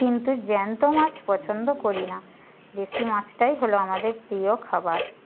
কিন্তু জ্যান্ত মাছ পছন্দ করি না দেশি মাছটাই হল আমাদের প্রিয় খাবার